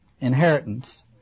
inheritance